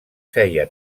feia